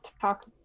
talk